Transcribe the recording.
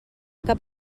cap